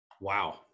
wow